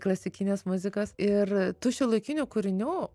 klasikinės muzikos ir tų šiuolaikinių kūrinių